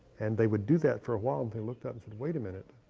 and they would do that for a while, and they looked up, and said, wait a minute.